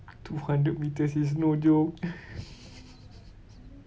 two hundred metres is no joke